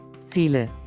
Ziele